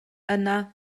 yna